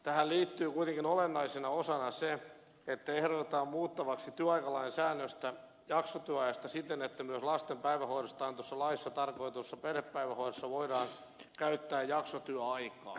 tähän liittyy kuitenkin olennaisena osana se että ehdotetaan muutettavaksi työaikalain säännöstä jaksotyöajasta siten että myös lasten päivähoidosta annetussa laissa tarkoitetussa perhepäivähoidossa voidaan käyttää jaksotyöaikaa